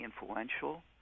influential